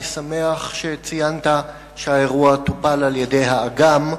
אני שמח שציינת שהאירוע טופל על-ידי האג"מ,